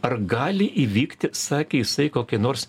ar gali įvykti sakė jisai kokie nors